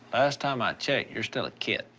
last time i checked, you're still a kid.